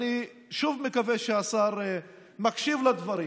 ואני שוב מקווה שהשר מקשיב לדברים,